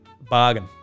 Bargain